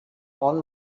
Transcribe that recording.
own